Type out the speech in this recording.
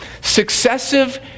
Successive